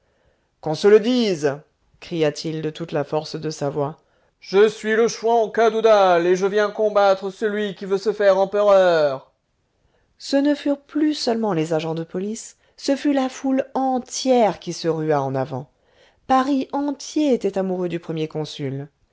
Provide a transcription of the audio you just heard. qu'on se le dise cria-t-il de toute la force de sa voix je suis le chouan cadoudal et je viens combattre celui qui veut se faire empereur ce ne furent plus seulement les agents de police ce fut la foule entière qui se rua en avant paris entier était amoureux du premier consul